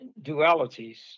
dualities